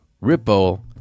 Ripple